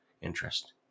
interest